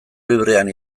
librean